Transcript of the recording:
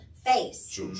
face